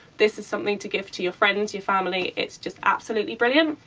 this is something to give to your friends, your family, it's just absolutely brilliant.